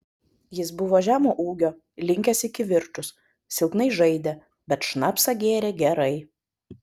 jis buvo žemo ūgio linkęs į kivirčus silpnai žaidė bet šnapsą gėrė gerai